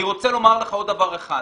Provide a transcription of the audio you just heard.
אני רוצה לומר לך עוד דבר אחד.